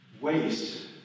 waste